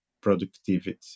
productivity